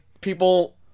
people